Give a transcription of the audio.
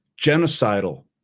genocidal